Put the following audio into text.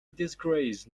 disgrace